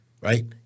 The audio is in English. Right